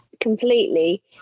completely